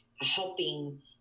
helping